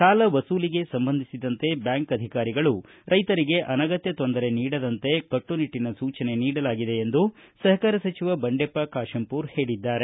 ಸಾಲ ವಸೂಲಿಗೆ ಸಂಬಂಧಿಸಿದಂತೆ ಬ್ಯಾಂಕ್ ಅಧಿಕಾರಿಗಳು ರೈತರಿಗೆ ಅನಗತ್ತ ತೊಂದರೆ ನೀಡದಂತೆ ಕಟ್ಟುನಿಟ್ಟಿನ ಸೂಚನೆ ನೀಡಲಾಗಿದೆ ಎಂದು ಸಹಕಾರ ಸಚಿವ ಬಂಡೆಪ್ಪ ಖಾಶೆಂಪೂರ ಹೇಳಿದ್ದಾರೆ